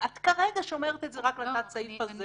את כרגע שומרת את זה רק לתת-הסעיף הזה